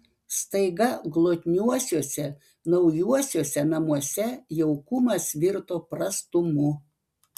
staiga glotniuosiuose naujuosiuose namuose jaukumas virto prastumu